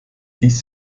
dies